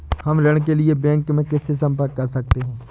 हम ऋण के लिए बैंक में किससे संपर्क कर सकते हैं?